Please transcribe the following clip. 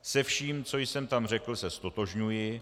Se vším, co jsem tam řekl, se ztotožňuji.